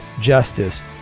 justice